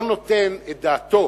הנוכחי, לא נותן את דעתו,